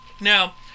Now